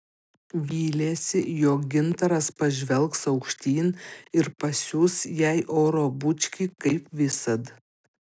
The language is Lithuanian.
vylėsi jog gintaras pažvelgs aukštyn ir pasiųs jai oro bučkį kaip visad